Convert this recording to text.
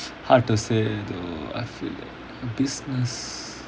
hard to say though I feel that business